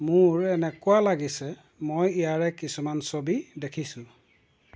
মোৰ এনেকুৱা লাগিছে মই ইয়াৰে কিছুমান ছবি দেখিছোঁ